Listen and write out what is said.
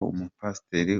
umupasiteri